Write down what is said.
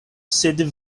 sed